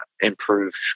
improved